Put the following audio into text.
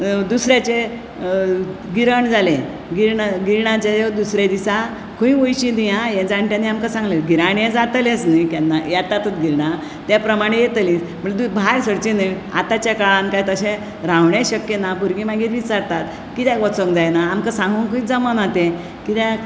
दुसऱ्याचे गिराण जाले गिरणाचे दुसरे दिसा खंय वयची न्हय आं हें जाणट्यांनी आमकां सांगलें गिराण हें जातलेच न्ही केन्नाय येतातच न्ही गिरणा त्या प्रमाणें येतली भायर सरचें न्ही आतांच्या की काळांत तशें रावणेय शक्य ना भुरगीं मागीर विचारतात कित्याक वचूंक जायना आमकां सांगुकूय जमाना तें कित्याक